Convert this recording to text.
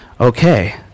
okay